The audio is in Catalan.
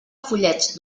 fullets